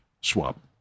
swap